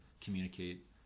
communicate